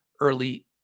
early